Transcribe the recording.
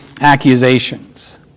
accusations